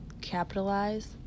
Capitalize